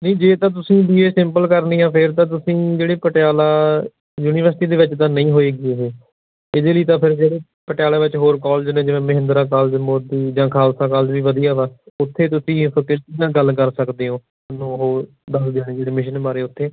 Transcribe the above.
ਨਹੀਂ ਜੇ ਤਾਂ ਤੁਸੀਂ ਬੀ ਏ ਸਿੰਪਲ ਕਰਨੀ ਆ ਫਿਰ ਤਾਂ ਤੁਸੀਂ ਜਿਹੜੇ ਪਟਿਆਲਾ ਯੂਨੀਵਰਸਿਟੀ ਦੇ ਵਿੱਚ ਤਾਂ ਨਹੀਂ ਹੋਏਗੀ ਇਹ ਇਹਦੇ ਲਈ ਤਾਂ ਫਿਰ ਜਿਹੜੇ ਪਟਿਆਲੇ ਵਿੱਚ ਹੋਰ ਕੋਲਜ ਨੇ ਜਿਵੇਂ ਮਹਿੰਦਰਾ ਕੋਲਜ ਮੋਦੀ ਜਾਂ ਖਾਲਸਾ ਕਾਲਜ ਵੀ ਵਧੀਆ ਵਾ ਉੱਥੇ ਤੁਸੀਂ ਫੈਕਲਟੀ ਨਾਲ ਗੱਲ ਕਰ ਸਕਦੇ ਹੋ ਤੁਹਾਨੂੰ ਉਹ ਦੱਸ ਦੇਣਗੇ ਐਡਮਿਸ਼ਨ ਬਾਰੇ ਉੱਥੇ